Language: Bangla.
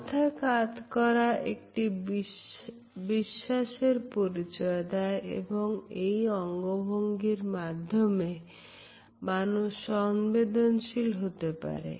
মাথা কাত করা একটি বিশ্বাসের পরিচয় দেয় এবং এই অঙ্গভঙ্গির মাধ্যমে মানুষ সংবেদনশীল হতে পারে